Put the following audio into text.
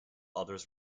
others